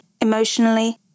emotionally